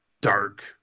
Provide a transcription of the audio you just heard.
dark